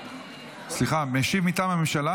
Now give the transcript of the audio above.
סליחה, משיב מטעם הממשלה